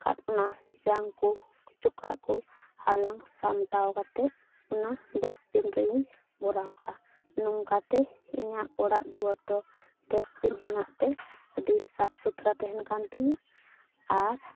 ᱠᱟᱜ ᱚᱱᱟ ᱡᱟᱝ ᱠᱚ ᱪᱚᱠᱟᱜ ᱠᱚ ᱦᱟᱞᱟᱝ ᱥᱟᱢᱴᱟᱣ ᱠᱟᱛᱮ ᱚᱱᱟ ᱰᱟᱥᱴᱵᱤᱱ ᱨᱤᱧ ᱵᱷᱚᱨᱟᱣ ᱠᱟᱜᱼᱟ ᱱᱚᱝᱠᱟ ᱛᱮ ᱤᱧᱟᱹᱜ ᱚᱲᱟᱜ ᱫᱩᱣᱟᱹᱨ ᱫᱚ ᱰᱟᱥᱴᱵᱤᱱ ᱦᱮᱱᱟᱜ ᱛᱮ ᱟᱹᱰᱤ ᱥᱟᱯᱷ ᱥᱩᱛᱨᱚ ᱛᱟᱦᱮᱱ ᱠᱟᱱ ᱛᱤᱧᱟᱹ ᱟᱨ